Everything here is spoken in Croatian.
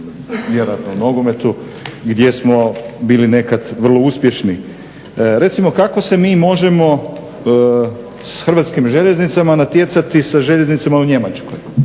vjerojatno u nogometu gdje smo nekad bili vrlo uspješni. Recimo kako se mi možemo s Hrvatskim željeznicama natjecati sa željeznicama u Njemačkoj?